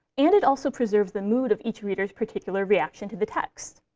and it also preserves the mood of each reader's particular reaction to the text.